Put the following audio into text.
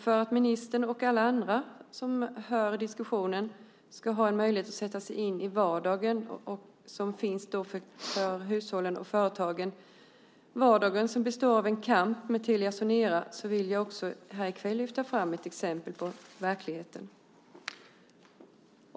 För att ministern och alla andra som hör diskussionen ska få möjlighet att sätta sig in i den vardag som finns för hushållen och företagen i denna by och som består av en kamp med Telia Sonera vill jag här lyfta fram ett exempel på verkligheten.